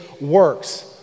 works